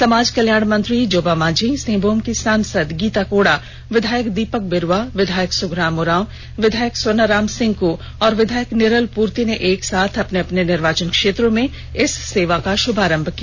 समाज कल्याण मंत्री जोबा मांझी सिंहभूम की सांसद गीता कोड़ा विधायक दीपक बिरुवा विधायक सुखराम उराव विधायक सोनाराम सिंकु और विधायक निरल पूर्ति ने एक साथ अपने अपने निर्वाचन क्षेत्रों में इस सेवा का शुभारंभ किया